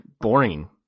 boring